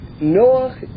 Noah